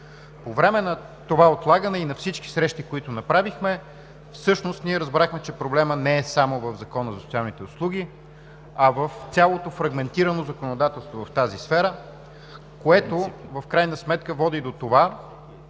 По време на това отлагане и на всички срещи, които направихме, всъщност ние разбрахме, че проблемът не е само в Закона за социалните услуги, а в цялото фрагментирано законодателство в тази сфера, което в крайна сметка води до това,